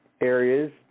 areas